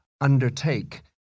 undertake